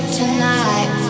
tonight